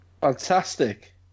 Fantastic